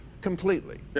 completely